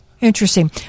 Interesting